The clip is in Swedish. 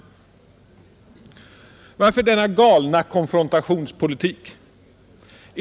Varför denna galna konfrontationspolitik?